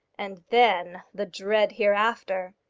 and then, the dread hereafter!